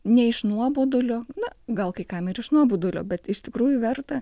ne iš nuobodulio na gal kai kam ir iš nuobodulio bet iš tikrųjų verta